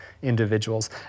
individuals